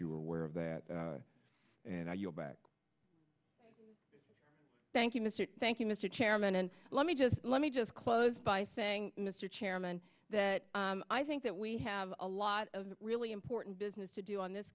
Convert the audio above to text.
you are aware of that and thank you mr thank you mr chairman and let me just let me just close by saying mr chairman that i think that we have a lot of really important business to do on this